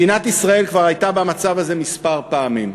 מדינת ישראל כבר הייתה במצב הזה כמה פעמים.